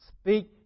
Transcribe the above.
Speak